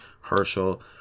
Herschel